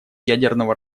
ядерного